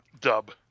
dub